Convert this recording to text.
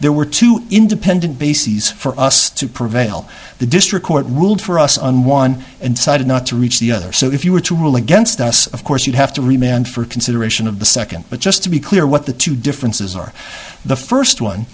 there were two independent bases for us to prevail the district court ruled for us on one and cited not to reach the other so if you were to rule against us of course you'd have to remain for consideration of the second but just to be clear what the two differences are the first one